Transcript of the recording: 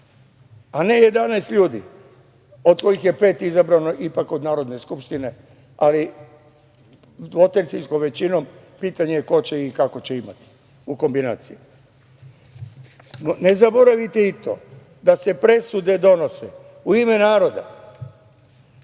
a ne 11 ljudi, od kojih je pet izabrano ipak od Narodne skupštine, ali dvotrećinskom većinom i pitanje je ko će i kako će imati u kombinaciji. Ne zaboravite i to da se presude donose u ime naroda,